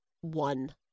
one